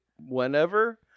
whenever